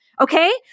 okay